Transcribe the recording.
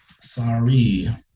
Sorry